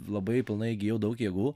labai pilnai įgijau daug jėgų